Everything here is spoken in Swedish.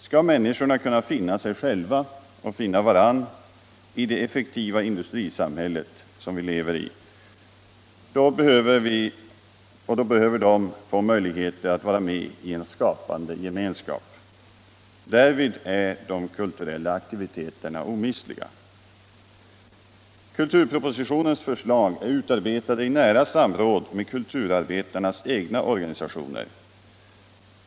Skall människorna kunna finna sig själva och varandra i det effektiva industri samhälle som vi lever i, behöver de få möjligheter att vara med i en skapande gemenskap. Därvid är de kulturella aktiviteterna omistliga. Kulturpropositionens förslag är utarbetade i nära samråd med. kulturarbetarnas egna organisationer.